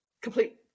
complete